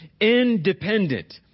independent